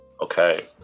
Okay